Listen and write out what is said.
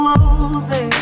over